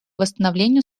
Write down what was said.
восстановлению